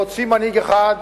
להוציא מנהיג אחד,